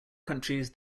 countries